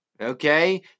Okay